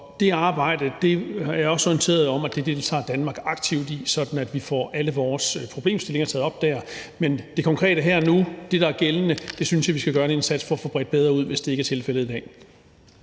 det arbejde er jeg også orienteret om at Danmark deltager aktivt i, sådan at vi får alle vores problemstillinger taget op der. Men i forhold til det konkrete og det, der er gældende her og nu, synes jeg, vi skal gøre en indsats for at få bredt det bedre ud, hvis det ikke er tilfældet i dag.